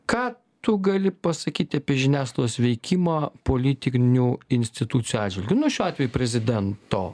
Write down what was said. ką tu gali pasakyti apie žiniasklaidos veikimą politinių institucijų atžvilgiu nu šiuo atveju prezidento